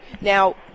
Now